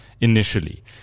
initially